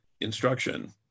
instruction